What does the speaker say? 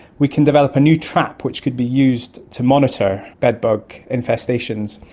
we can develop a new trap which could be used to monitor bedbug infestations.